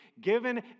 given